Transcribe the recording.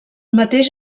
mateix